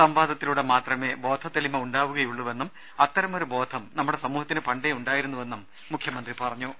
സംവാദത്തിലൂടെ മാത്രമേ ബോധത്തെളിമ ഉണ്ടാവുകയുള്ളുവെന്നും അത്തരമൊരു ബോധം നമ്മുടെ സമൂഹത്തിന് പണ്ടേയുണ്ടായിരുന്നുവെന്നും മുഖ്യമന്ത്രി പറഞ്ഞു